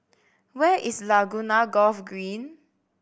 where is Laguna Golf Green